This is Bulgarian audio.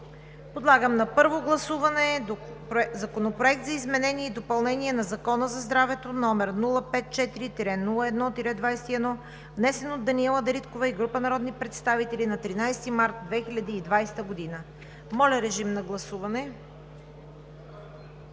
Подлагам на първо гласуване Законопроект за изменение и допълнение на Закона за здравето, № 054-01-21, внесен от Даниела Дариткова и група народни представители на 13 март 2020 г. Гласували